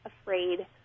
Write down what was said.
afraid